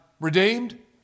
redeemed